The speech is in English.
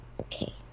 Okay